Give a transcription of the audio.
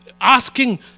asking